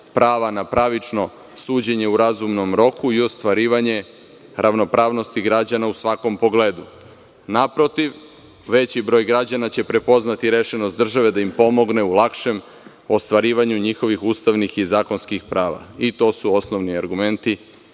prava na pravično suđenje u razumnom roku i ostvarivanje ravnopravnosti građana u svakom pogledu. Naprotiv, veći broj građana će prepoznati rešenost države da im pomogne u lakšem ostvarivanju njihovih ustavnih i zakonskih prava i to su osnovni argumenti